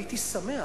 הייתי שמח,